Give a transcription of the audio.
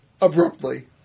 abruptly